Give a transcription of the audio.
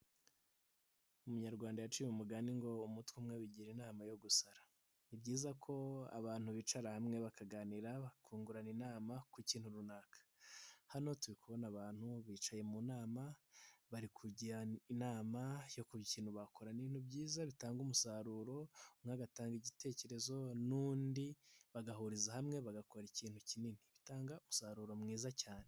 Umunyarwanda yaciye umugani ngo umutwe umwe wigira inama yo gusara, ni byiza ko abantu bicara hamwe bakaganira bakungurana inama ku kintu runaka, hano turi kubona abantu bicaye mu nama bari kugira inama yo kugira ikintu bakora, ni ibintu byiza bitanga umusaruro, umwe agatanga igitekerezo n'undi bagahuriza hamwe bagakora ikintu kinini, bitanga umusaruro mwiza cyane.